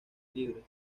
libres